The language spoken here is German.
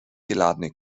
geladene